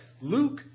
Luke